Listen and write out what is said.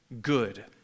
good